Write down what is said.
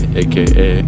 aka